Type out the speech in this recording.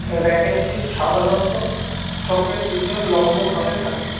র্যাকেটটি সাধারণত স্ট্রোকের দিকে লম্বভাবে থাকে